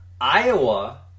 Iowa